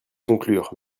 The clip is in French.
conclure